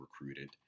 recruited